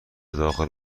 داخل